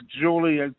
Julie